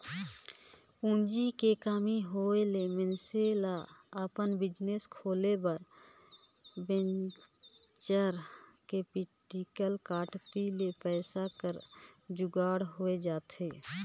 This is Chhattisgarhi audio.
पूंजी के कमी होय ले मइनसे ल अपन बिजनेस खोले बर वेंचर कैपिटल कती ले पइसा कर जुगाड़ होए जाथे